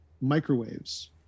microwaves